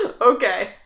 Okay